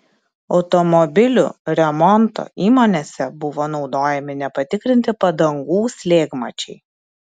automobilių remonto įmonėse buvo naudojami nepatikrinti padangų slėgmačiai